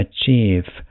achieve